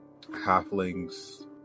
halflings